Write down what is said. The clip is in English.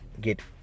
get